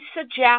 suggest